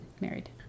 married